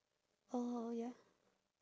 oh ya